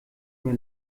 mir